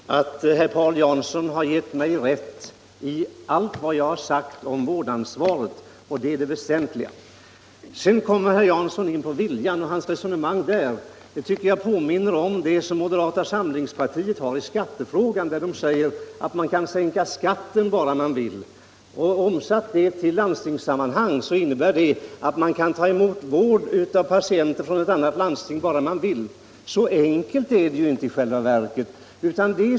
Herr talman! Jag konstaterar att herr Paul Jansson har givit mig rätt i allt vad jag har sagt om vårdansvaret, och det är det väsentliga. Herr Janssons resonemang om den goda viljan tycker jag påminner om det som moderata samlingspartiet för i skattefrågan. Moderaterna säger att man kan sänka skatten bara man vill. Omsatt i landstingssammanhang innebär det att man kan ta emot patienter från ett annat landstingsområde för vård om man bara vill. Så enkelt är det i själva verket inte.